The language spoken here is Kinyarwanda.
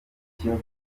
kiyovu